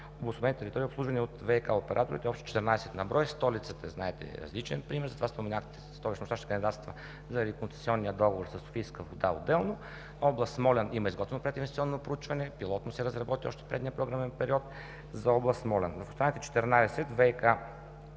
обособените територии, обслужвани от ВиК операторите – общо 14 на брой. Столицата, знаете, е различен пример, затова споменах, че Столична община ще кандидатства заради концесионния договор със „Софийска вода“ отделно. Област Смолян има изготвено прединвестиционно пилотно проучване, което се разработи още в предишния програмен период за Област Смолян. В останалите 14: ВиК